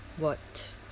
what